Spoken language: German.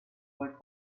wollt